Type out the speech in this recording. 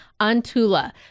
Antula